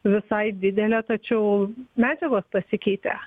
visai didelė tačiau medžiagos pasikeitė